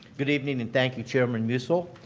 good evening and thank you chairman musil,